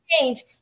change